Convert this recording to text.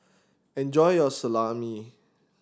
enjoy your Salami